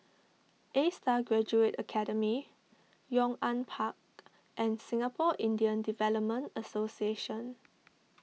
A Star Graduate Academy Yong An Park and Singapore Indian Development Association